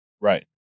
Right